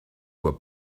were